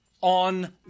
on